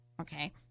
Okay